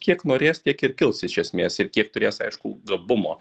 kiek norės tiek ir kils iš esmės ir kiek turės aišku gabumo